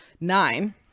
nine